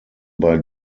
bei